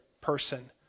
person